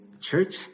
church